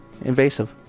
Invasive